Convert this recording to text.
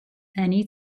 any